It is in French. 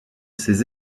ces